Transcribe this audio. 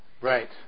Right